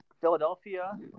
Philadelphia